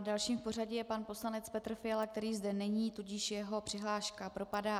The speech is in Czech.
Dalším v pořadí je pan poslanec Petr Fiala který zde není, tudíž jeho přihláška propadá.